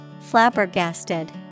Flabbergasted